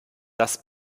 das